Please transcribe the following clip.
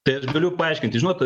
tai aš galiu paaiškinti žinot